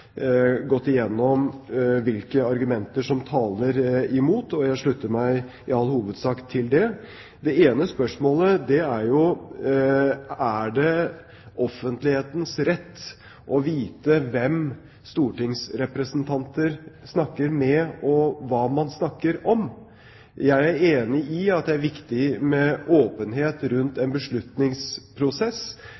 gått igjennom hvilke argumenter som taler imot, og jeg slutter meg i det all hovedsak til det. Det ene spørsmålet er: Er det offentlighetens rett å vite hvem stortingsrepresentanter snakker med, og hva man snakker om? Jeg er enig i at det er viktig med åpenhet rundt